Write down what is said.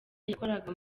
yakoraga